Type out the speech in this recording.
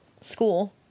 school